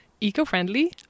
eco-friendly